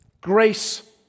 grace